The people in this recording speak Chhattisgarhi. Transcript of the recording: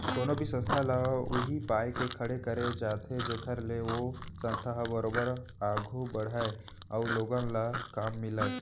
कोनो भी संस्था ल उही पाय के खड़े करे जाथे जेखर ले ओ संस्था ह बरोबर आघू बड़हय अउ लोगन ल काम मिलय